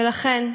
ולכן,